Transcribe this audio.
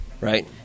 Right